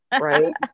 right